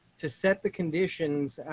to set the conditions.